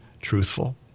truthful